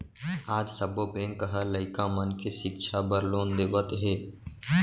आज सब्बो बेंक ह लइका मन के सिक्छा बर लोन देवत हे